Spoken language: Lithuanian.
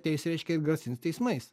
ateis reiškia ir grasins teismais